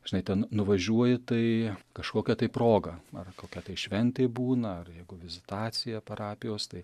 žinai ten nuvažiuoji tai kažkokia tai proga ar kokia tai šventė būna ar jeigu vizitacija parapijos tai